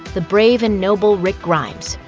the brave and noble rick grimes.